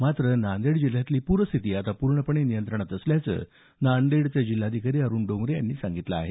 मात्र नांदेड जिल्ह्यातली पूरस्थिती पूर्णपणे नियंत्रणात असल्याचं नांदेडचे जिल्हाधिकारी अरूण डोंगरे यांनी म्हटलं आहे